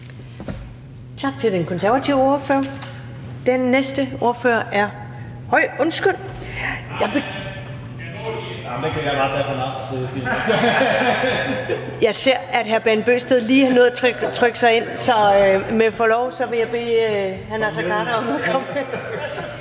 Tak til den konservative ordfører. Den næste ordfører er ... Undskyld, jeg ser, at hr. Bent Bøgsted lige har nået at trykke sig ind. Så med forlov vil jeg bede hr. Naser Khader komme